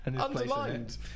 underlined